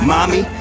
Mommy